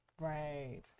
right